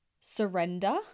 surrender